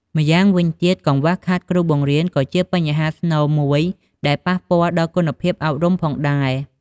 ម្យ៉ាងវិញទៀតកង្វះខាតគ្រូបង្រៀន ក៏ជាបញ្ហាស្នូលមួយដែលប៉ះពាល់ដល់គុណភាពអប់រំផងដែរ។